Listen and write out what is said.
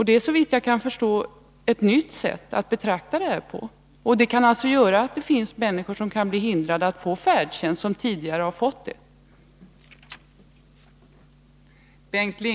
Det är, såvitt jag kan förstå, ett nytt sätt att betrakta detta. Det kan göra att människor som tidigare fått färdtjänst kan bli förhindrade att få sådan.